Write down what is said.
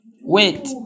Wait